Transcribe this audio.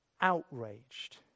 outraged